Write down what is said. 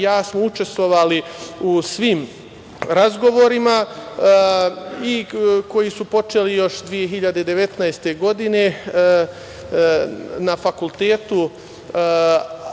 i ja smo učestvovali u svim razgovorima koji su počeli još 2019. godine na fakultetu